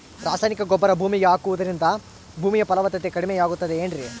ರಾಸಾಯನಿಕ ಗೊಬ್ಬರ ಭೂಮಿಗೆ ಹಾಕುವುದರಿಂದ ಭೂಮಿಯ ಫಲವತ್ತತೆ ಕಡಿಮೆಯಾಗುತ್ತದೆ ಏನ್ರಿ?